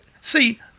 see